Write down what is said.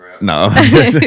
No